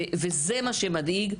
וזה מה שמדאיג.